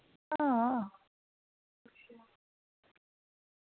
हां